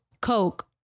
coke